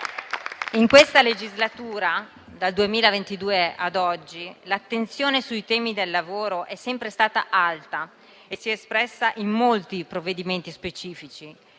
In questa legislatura, dal 2022 ad oggi, l'attenzione sui temi del lavoro è sempre stata alta e si è espressa in molti provvedimenti specifici,